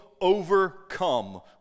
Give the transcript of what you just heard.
overcome